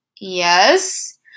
yes